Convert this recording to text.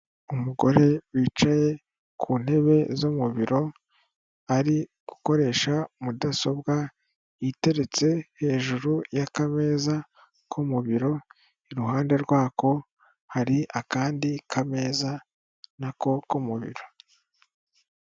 Umugore wicaye ku ntebe zo mu biro ari gukoresha mudasobwa iteretse hejuru y'akameza ko mu biro, iruhande rwako hari akandi k'ameza na ko ko mu biro.